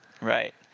Right